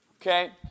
Okay